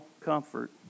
comfort